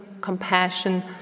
compassion